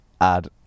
add